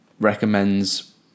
recommends